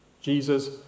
Jesus